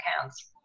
accounts